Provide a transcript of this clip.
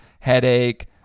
headache